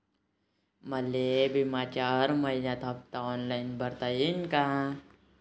मले बिम्याचा हर मइन्याचा हप्ता ऑनलाईन भरता यीन का?